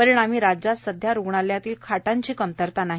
परिणामी राज्यात सध्या रुग्णालयातील खाटांची कमतरता नाही